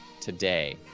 today